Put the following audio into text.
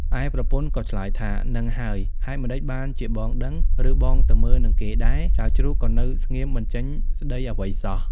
ឯប្រពន្ធក៏ឆ្លើយថា ហ្នឹងហើយ ហេតុម្ដេចបានជាបងដឹង ឬបងទៅមើលនឹងគេដែរ? ចៅជ្រូកក៏នៅស្ងៀមមិនចេញស្ដីអ្វីសោះ។